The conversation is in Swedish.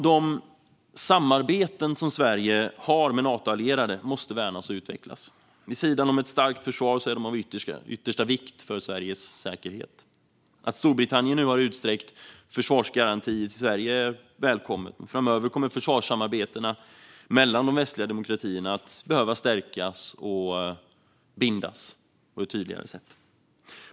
De samarbeten som Sverige har med Natoallierade måste värnas och utvecklas. Vid sidan om ett starkt försvar är dessa av yttersta vikt för Sveriges säkerhet. Att Storbritannien nu har utsträckt försvarsgarantier till Sverige är välkommet. Framöver kommer försvarssamarbetena mellan de västliga demokratierna att behöva stärkas och befästas på ett tydligare sätt.